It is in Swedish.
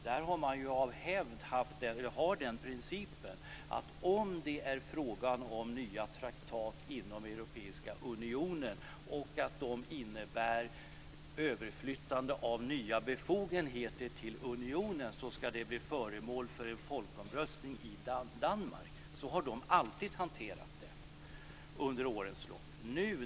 Där har man ju av hävd tillämpat den principen att om det är fråga om nya traktat inom den europeiska unionen som innebär ett överflyttande av nya befogenheter till unionen ska det bli föremål för en folkomröstning i Danmark. Så har man alltid hanterat detta under årens lopp.